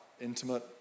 intimate